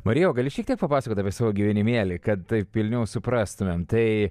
marija o gali šiek tiek papasakot apie savo gyvenimėlį kad taip pilniau suprastumėm tai